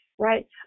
Right